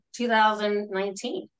2019